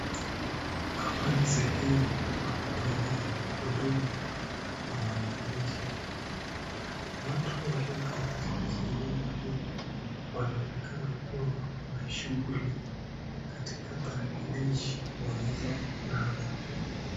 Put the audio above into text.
Hapa ni sehemu ya kutolea huduma kwa wananchi, watu waliokaa katika sehemu hii wanaonekana kuwa na shuguli katika tarakilishi walizo nazo.